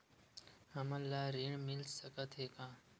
हमन ला ऋण मिल सकत हे का?